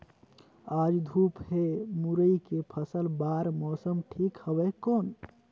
आज धूप हे मुरई के फसल बार मौसम ठीक हवय कौन?